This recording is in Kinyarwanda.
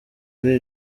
kuri